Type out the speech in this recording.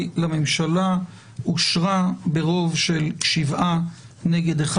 לממשלה אושרה ברוב של שבעה נגד אחד.